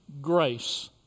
grace